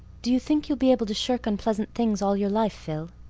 do you think you'll be able to shirk unpleasant things all your life, phil?